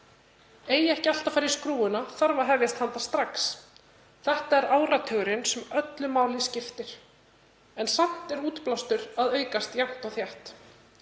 Eigi ekki allt að fara í skrúfuna þarf að hefjast handa strax. Þetta er áratugurinn sem öllu máli skiptir en samt er útblástur að aukast jafnt og þétt.